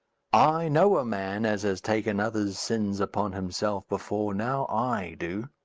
i know a man as has taken others' sins upon himself before now, i do.